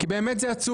כי זה באמת עצוב.